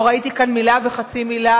לא ראיתי כאן מלה וחצי מלה,